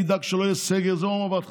אני אדאג שלא יהיה סגר, את זה הוא אמר בהתחלה.